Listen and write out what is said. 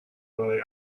برای